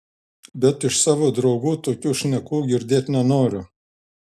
bet iš savo draugų tokių šnekų girdėt nenoriu